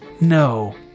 No